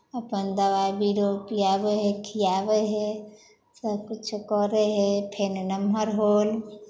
अपन दबाइ बीरो पिआबै हइ खिआबै हइ सभकिछो करै हइ फेर नम्हर होल